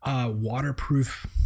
waterproof